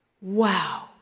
Wow